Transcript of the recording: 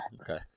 Okay